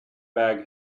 bag